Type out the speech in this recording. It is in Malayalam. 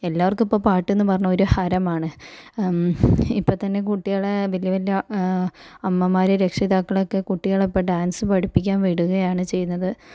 എല്ലാവർക്കും ഇപ്പോൾ പാട്ട് എന്ന് പറഞ്ഞാൽ ഒരു ഹരമാണ് ഇപ്പൊ തന്നെ കുട്ടികളെ വലിയ വലിയ അമ്മമാര് രക്ഷിതാക്കളൊക്കെ കുട്ടികളെ ഡാൻസ് പഠിപ്പിക്കാൻ വിടുകയാണ് ചെയ്യുന്നത്